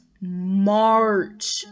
march